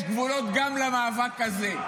יש גבולות גם למאבק הזה,